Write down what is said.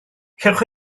cewch